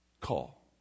call